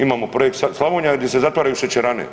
Imamo projekt Slavonija di se zatvaraju šećerane.